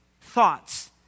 thoughts